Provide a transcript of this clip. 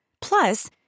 Plus